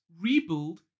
rebuild